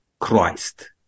Christ